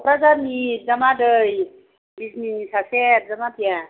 क'क्राझारनि बिजामादै बिजनिनि सासे बिजामादैआ